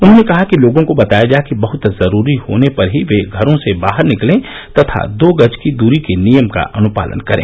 उन्होंने कहा कि लोगों को बताया जाए कि बह्त जरूरी होने पर ही वे घरों से बाहर निकलें तथा दो गज की दूरी के नियम का अनुपालन करें